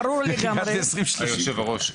אדוני היושב-ראש,